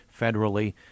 federally